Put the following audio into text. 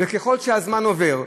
ככל שהזמן עובר,